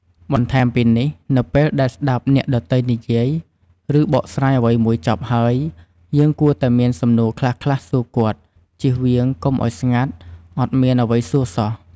បន្ថែមពីនេះ នៅពេលដែលស្តាប់អ្នកដ៏ទៃនិយាយ ឬបកស្រាយអ្វីមួយចប់ហើយ យើងគួរតែមានសំណួរខ្លះៗសួរគាត់ ជៀសវាងកុំឱ្យស្ងាត់អត់មានអ្វីសួរសោះ។